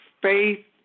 faith